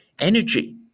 energy